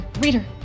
reader